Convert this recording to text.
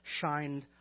shined